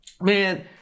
man